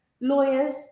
lawyers